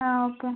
ആ ഓക്കെ